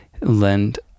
lend